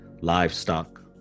livestock